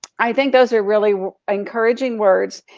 i think those are really encouraging words.